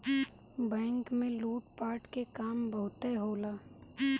bank में लूट पाट के काम बहुते होला